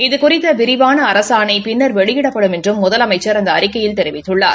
இது குறித்த விரிவான அரசாணை பின்னா வெளியிடப்படும் என்றும் முதலமைச்சா அந்த அறிக்கையில் தெரிவித்துள்ளார்